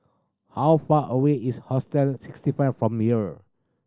how far away is Hostel Sixty Five from here